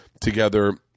together